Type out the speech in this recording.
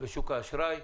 בשוק האשראי,